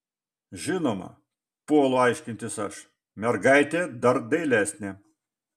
žinoma puolu aiškintis aš mergaitė dar dailesnė